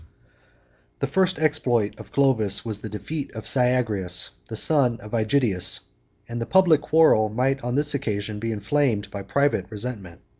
the first exploit of clovis was the defeat of syagrius, the son of aegidius and the public quarrel might, on this occasion, be inflamed by private resentment.